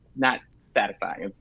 not satisfying, it's